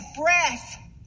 breath